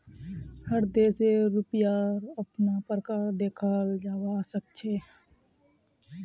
हर देशेर रुपयार अपना प्रकार देखाल जवा सक छे